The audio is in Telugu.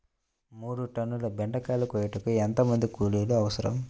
మూడు టన్నుల బెండకాయలు కోయుటకు ఎంత మంది కూలీలు అవసరం?